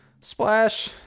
Splash